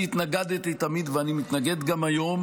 אני התנגדתי תמיד ואני מתנגד גם היום